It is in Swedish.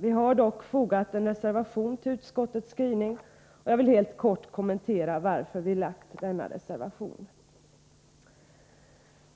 Vi har dock fogat en reservation till utskottets skrivning, och jag vill helt kort kommentera varför vi har skrivit denna reservation.